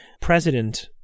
president